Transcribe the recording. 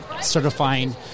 certifying